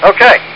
Okay